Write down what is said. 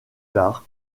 tard